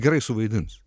gerai suvaidins